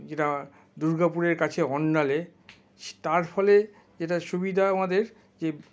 যেটা দুর্গাপুরের কাছে অন্ডালে তার ফলে যেটা সুবিধা আমাদের যে